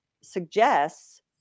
suggests